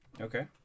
okay